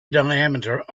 diameter